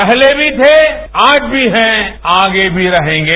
पहले भी थे आज भी हैं आगे भी रहेंगे